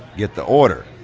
get the order.